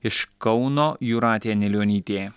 iš kauno jūratė anilionytė